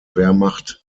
wehrmacht